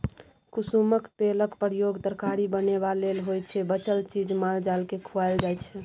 कुसुमक तेलक प्रयोग तरकारी बनेबा लेल होइ छै बचल चीज माल जालकेँ खुआएल जाइ छै